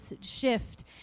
shift